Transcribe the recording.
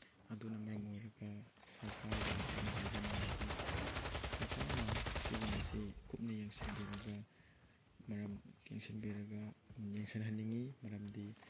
ꯑꯗꯨꯅ ꯃꯔꯝ ꯑꯣꯏꯔꯒ ꯁꯔꯀꯥꯔꯗ ꯑꯩꯅ ꯍꯥꯏꯖꯅꯤꯡꯕꯗꯤ ꯁꯔꯀꯥꯔꯅ ꯁꯤꯒꯨꯝꯕꯁꯤ ꯀꯨꯞꯅ ꯌꯦꯡꯁꯤꯟꯕꯤꯔꯒ ꯃꯔꯝ ꯌꯦꯡꯁꯤꯟꯍꯟꯅꯤꯡꯉꯤ ꯃꯔꯝꯗꯤ